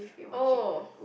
oh